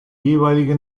jeweilige